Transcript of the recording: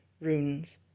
runes